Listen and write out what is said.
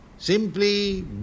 Simply